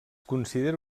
considera